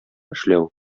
эшләү